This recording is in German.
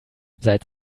seit